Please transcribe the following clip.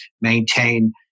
maintain